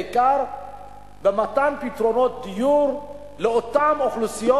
בעיקר במתן פתרונות דיור לאותן אוכלוסיות.